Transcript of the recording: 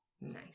Nice